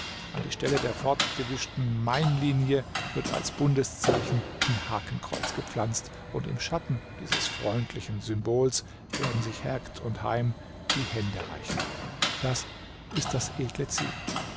an die stelle der fortgewischten mainlinie wird als bundeszeichen ein hakenkreuz gepflanzt und im schatten dieses freundlichen symbols werden sich hergt und heim die hände reichen das ist das edle ziel